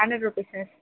hundred రూపీసా